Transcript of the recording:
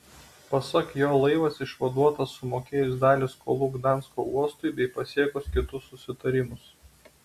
pasak jo laivas išvaduotas sumokėjus dalį skolų gdansko uostui bei pasiekus kitus susitarimus